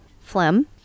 phlegm